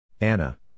Anna